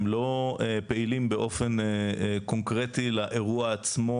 הם לא פעילים באופן קונקרטי לאירוע עצמו.